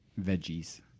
veggies